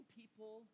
people